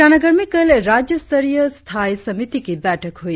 ईटानगर में कल राज्य स्तरीय स्थायी समिति की बैठक हुई